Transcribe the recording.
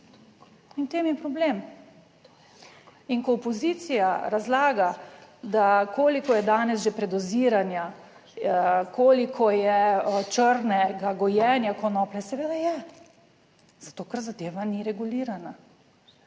In v tem je problem. In ko opozicija razlaga, da koliko je danes že predoziranja, koliko je črnega gojenja konoplje, seveda je, zato ker zadeva ni regulirana.